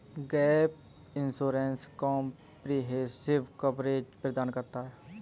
gap insurance comprehensive coverage प्रदान करता है